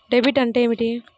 Debit అంటే ఏమిటి?